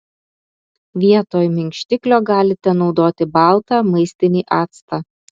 vietoj minkštiklio galite naudoti baltą maistinį actą